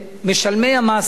שמשלמי המס ששכרם